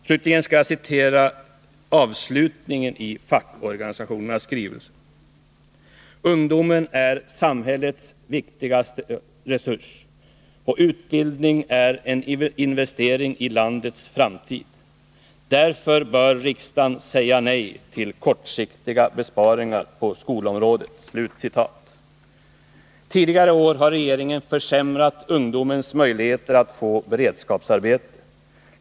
Slutligen skall jag citera avslutningen av fackorganisationernas skrivelse: ”Ungdomen är samhällets viktigaste resurs och utbildning en investering i landets framtid. Därför bör riksdagen säga nej till kortsiktiga besparingar på skolområdet.” Tidigare i år har regeringen försämrat ungdomens möjligheter att få beredskapsarbete.